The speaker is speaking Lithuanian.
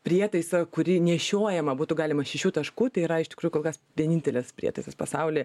prietaisą kurį nešiojamą būtų galima šešių taškų tai yra iš tikrųjų kol kas vienintelis prietaisas pasauly